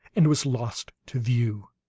and was lost to view.